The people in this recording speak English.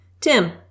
Tim